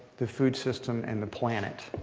the food system, and the planet.